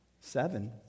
Seven